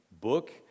book